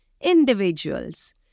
individuals